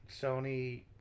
Sony